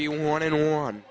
be one in one